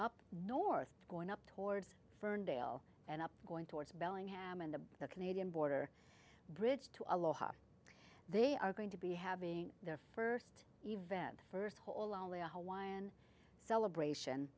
up north going up towards ferndale and up going towards bellingham and to the canadian border bridge to aloha they are going to be having their first event first whole only a hawaiian celebration